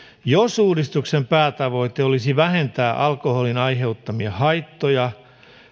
jos uudistuksen päätavoite olisi vähentää alkoholin aiheuttamia haittoja